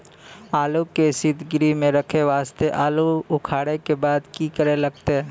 आलू के सीतगृह मे रखे वास्ते आलू उखारे के बाद की करे लगतै?